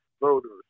voters